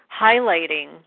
highlighting